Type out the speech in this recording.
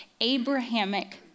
Abrahamic